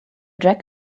jack